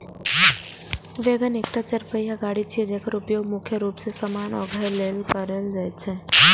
wagon एकटा चरपहिया गाड़ी छियै, जेकर उपयोग मुख्य रूप मे सामान उघै लेल कैल जाइ छै